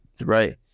right